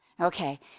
Okay